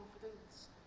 confidence